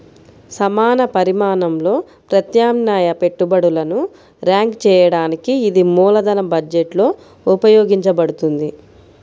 సమాన పరిమాణంలో ప్రత్యామ్నాయ పెట్టుబడులను ర్యాంక్ చేయడానికి ఇది మూలధన బడ్జెట్లో ఉపయోగించబడుతుంది